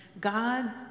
God